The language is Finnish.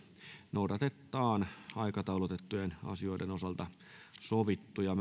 noudatetaan aikataulutettujen asioiden osalta sovittuja